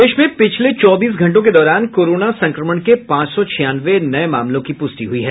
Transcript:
प्रदेश में पिछले चौबीस घंटों के दौरान कोरोना संक्रमण के पांच सौ छियानवे नये मामलों की पुष्टि हुई है